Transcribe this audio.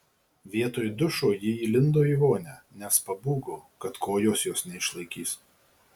vietoj dušo ji įlindo į vonią nes pabūgo kad kojos jos neišlaikys